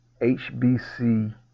HBC